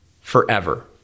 forever